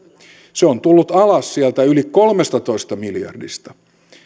se on tullut alas sieltä yli kolmestatoista miljardista